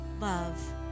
love